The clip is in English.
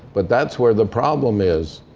but that's where the problem is,